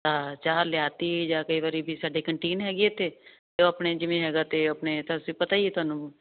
ਚਾਹ ਲਿਆਤੀ ਜਾਂ ਕਈ ਵਾਰੀ ਵੀ ਸਾਡੇ ਕੰਟੀਨ ਹੈਗੀ ਤੇ ਉਹ ਆਪਣੇ ਜਿਵੇਂ ਹੈਗਾ ਤੇ ਆਪਣੇ ਪਤਾ ਹੀ ਤੁਹਾਨੂੰ